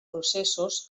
processos